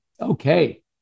Okay